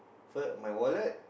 first my wallet